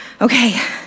Okay